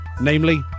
namely